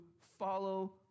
follow